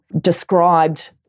described